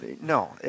no